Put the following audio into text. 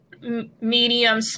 medium